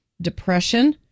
depression